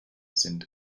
sind